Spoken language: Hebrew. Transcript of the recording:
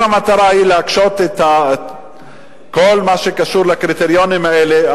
אם המטרה היא להקשות את כל מה שקשור לקריטריונים האלה,